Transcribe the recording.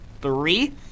three